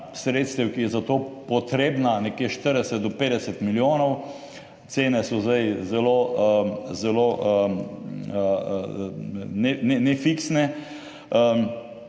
sredstev, ki je za to potrebna, je nekje od 40 do 50 milijonov, cene so zdaj zelo nefiksne.